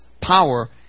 power